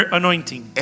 anointing